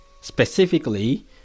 specifically